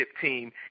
team